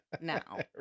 now